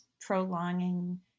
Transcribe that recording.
prolonging